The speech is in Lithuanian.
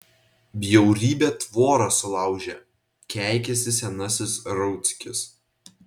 bjaurybė tvorą sulaužė keikiasi senasis rauckis